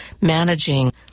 managing